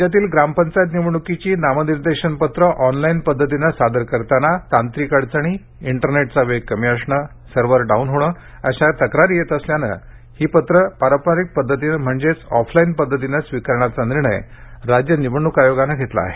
ऑफलाईनअर्ज ग्रामपंचायत निवडणूकीची नामनिर्देशन पत्रे ऑनलाईन पदधतीने सादर करतांना तांत्रिक अडचणी इंटरनेटचा वेग कमी असणे सर्व्हर डाऊन होणे अशा तक्रारी येत असल्याने नामनिर्देशनपत्रे पारंपारिक पद्धतीने म्हणजेच ऑफलाईन पदधतीने स्विकारण्याचा निर्णय राज्य निवडणुक आयोगाने घेतला आहे